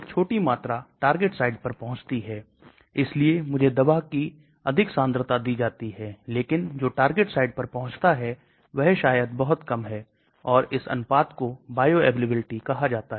यह बायोअवेलेबिलिटी को प्रभावित कर सकते हैं क्योंकि दवा के लक्ष्य स्थल पर जो उपलब्ध है वह शायद बहुत बहुत छोटा है क्योंकि यह परिवहन और पारगम्य नहीं हो रहा है